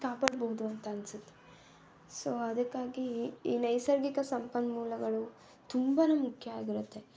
ಕಾಪಾಡ್ಬೋದು ಅಂತ ಅನಿಸುತ್ತೆ ಸೊ ಅದಕ್ಕಾಗಿ ಈ ನೈಸರ್ಗಿಕ ಸಂಪನ್ಮೂಲಗಳು ತುಂಬ ಮುಖ್ಯ ಆಗಿರುತ್ತೆ